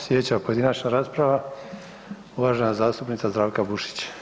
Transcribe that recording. Sljedeća pojedinačna rasprava uvažena zastupnica Zdravka Bušić.